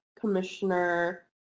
commissioner